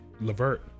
Levert